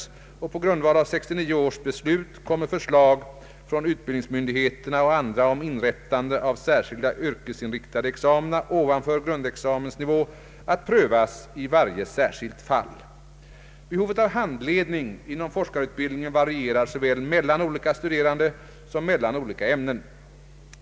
På grundval av 1969 års beslut kommer förslag från utbildningsmyndigheterna och andra om inrättande av särskilda yrkesinriktade examina ovanför grundexamensnivå att prövas i varje särskilt fall. Behovet av handledning inom forskarutbildningen varierar såväl mellan olika studerande som mellan olika ämnen.